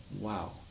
wow